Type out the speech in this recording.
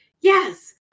yes